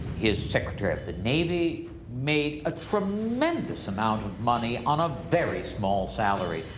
his secretary of the navy made a tremendous amount of money on a very small salary.